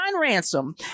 Ransom